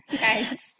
Nice